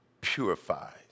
purifies